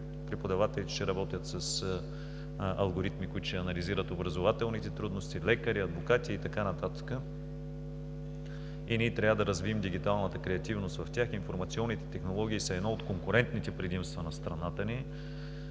преподавателите ще работят с алгоритми, които ще анализират образователните трудности – лекари, адвокати и така нататък. И ние трябва да развием дигиталната креативност в тях – информационните технологии са едно от конкурентните предимства на страната ни,